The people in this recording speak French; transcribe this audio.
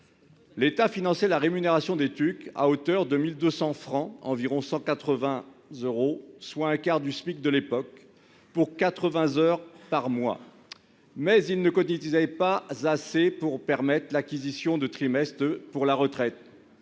L'État finançait la rémunération des TUC à hauteur de 1 200 francs, soit environ 180 euros- un quart du Smic d'alors -, pour 80 heures par mois. Or ils ne cotisaient pas assez pour permettre l'acquisition de trimestres pour leur retraite.